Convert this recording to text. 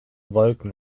wolken